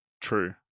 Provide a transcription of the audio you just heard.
True